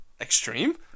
extreme